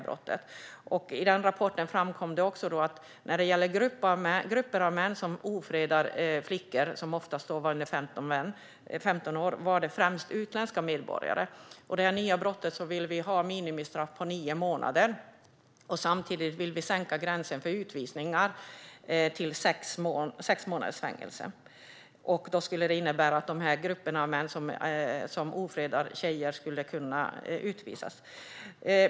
I denna rapport framkom också att gärningsmännen i fall med grupper av män som ofredar flickor, som oftast var under 15 år, främst var utländska medborgare. För detta nya brott vill vi ha ett minimistraff på nio månader. Samtidigt vill vi sänka gränsen för utvisningar till sex månaders fängelse. Det skulle innebära att de grupper av män som ofredar tjejer skulle kunna utvisas.